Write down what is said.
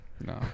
No